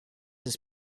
his